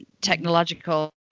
technological